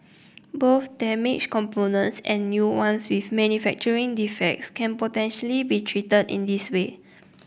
both damaged components and new ones with manufacturing defects can potentially be treated in this way